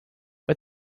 but